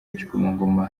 igikomangoma